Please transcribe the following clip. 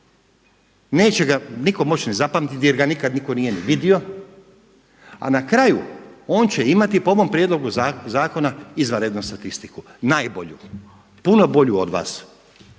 neće ga nitko moći ni zapamtiti jer ga nitko nikada nije ni vidio, a na kraju on će imati po ovom prijedlogu zakona izvanrednu statistiku, najbolju, puno bolju od vas